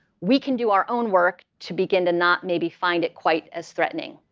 we can do our own work to begin to not maybe find it quite as threatening,